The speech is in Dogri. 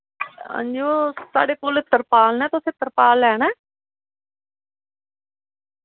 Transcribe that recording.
हां जी ओ साढ़े कोल तरपाल न तुसें तरपाल लैना ऐ